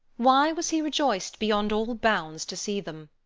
why was he rejoiced beyond all bounds to see them!